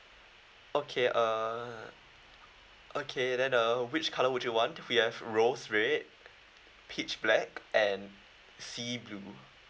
okay uh okay then uh which colour would you want we have rose red pitch black and sea blue